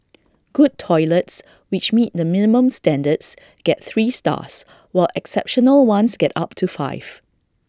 good toilets which meet the minimum standards get three stars while exceptional ones get up to five